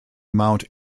mount